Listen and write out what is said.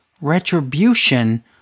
Retribution